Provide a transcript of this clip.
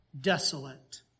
desolate